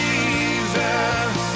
Jesus